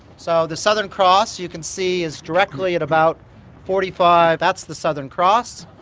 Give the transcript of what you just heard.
so the southern cross, you can see is directly at about forty five. that's the southern cross,